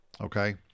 okay